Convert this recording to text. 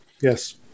Yes